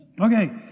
Okay